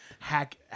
Hack